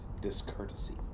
discourtesy